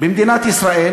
במדינת ישראל,